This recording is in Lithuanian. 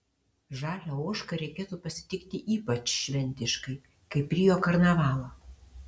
žalią ožką reikėtų pasitikti ypač šventiškai kaip rio karnavalą